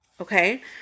Okay